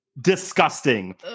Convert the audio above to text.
disgusting